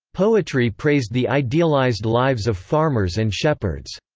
poetry praised the idealized lives of farmers and shepherds.